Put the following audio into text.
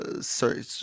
sorry